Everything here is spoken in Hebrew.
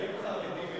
חיילים חרדים,